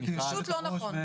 זה פשוט לא נכון.